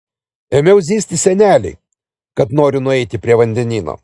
ėmiau zyzti senelei kad noriu nueiti prie vandenyno